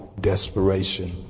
desperation